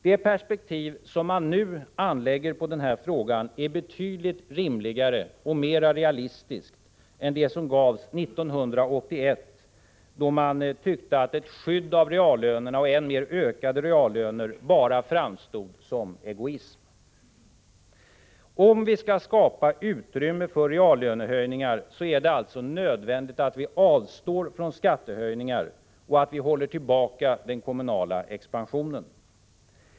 Det perspektiv som man nu anlägger på den här frågan är betydligt rimligare och mer realistiskt än det som gavs 1981, då man tyckte att ett skydd av reallönerna och, än mer, ökade reallöner bara framstod som egoism. Om vi skall skapa utrymme för reallönehöjningar är det alltså nödvändigt att vi avstår från skattehöjningar och att vi håller tillbaka den kommunala expansionen.